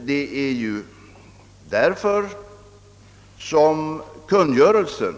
Det är ju detta kungörelsen